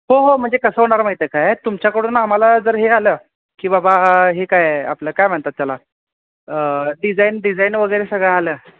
हो हो म्हणजे कसं होणार माहिती आहे काय तुमच्याकडून आम्हाला जर हे आलं की बाबा हे काय आपलं काय म्हणतात त्याला डिजाईन डिजाईन वगैरे सगळं आलं